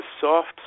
soft